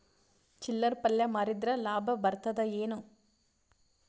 ಚಿಲ್ಲರ್ ಪಲ್ಯ ಮಾರಿದ್ರ ಲಾಭ ಬರತದ ಏನು?